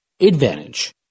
advantage